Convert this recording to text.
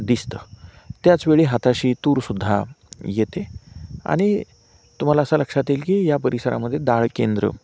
दिसतं त्याचवेळी हाताशी तूरसुद्धा येते आणि तुम्हाला असं लक्षात येईल की या परिसरामध्ये डाळ केंद्र